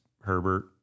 Herbert